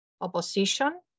opposition